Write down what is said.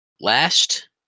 last